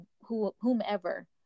whomever